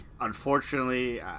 Unfortunately